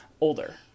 older